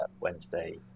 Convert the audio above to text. Wednesday